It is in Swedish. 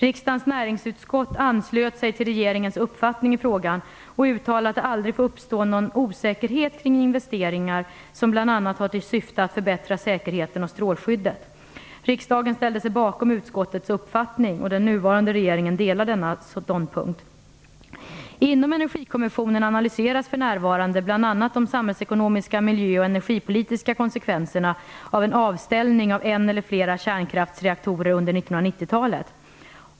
Riksdagens näringsutskott anslöt sig till regeringens uppfattning i frågan och uttalade att det aldrig får uppstå någon osäkerhet kring investeringar som bl.a. har till syfte att förbättra säkerheten och strålskyddet. Den nuvarande regeringen delar denna ståndpunkt. Inom Energikommissionen analyseras för närvarande bl.a. de samhällsekonomiska, miljö och energipolitiska konsekvenserna av en avställning av en eller flera kärnkraftsreaktorer under 1990-talet.